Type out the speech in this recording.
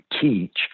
teach